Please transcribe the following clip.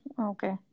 Okay